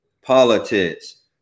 politics